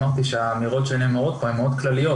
אמרתי שהאמירות שנאמרות כאן מאוד כלליות,